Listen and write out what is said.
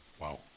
Wow